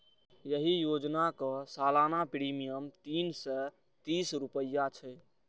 एहि योजनाक सालाना प्रीमियम तीन सय तीस रुपैया छै